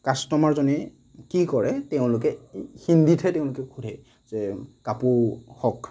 কাষ্টমাৰজনে কি কৰে তেওঁলোকে হিন্দীতহে তেওঁলোকে সুধে যে কাপোৰ হওক